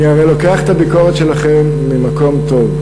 אני הרי לוקח את הביקורת שלכם ממקום טוב.